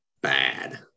Bad